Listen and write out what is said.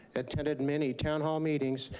attended many town hall meetings,